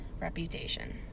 reputation